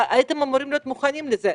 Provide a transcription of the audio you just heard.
הייתם אמורים להיות מוכנים לזה.